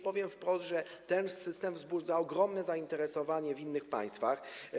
Powiem wprost, że ten system wzbudza ogromne zainteresowanie w innych państwach.